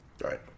right